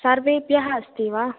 सर्वेभ्यः अस्ति वा